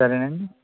సరేనండి